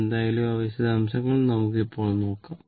എന്തായാലും ആ വിശദാംശങ്ങൾ നമുക്ക് ഇപ്പോൾ നോക്കാം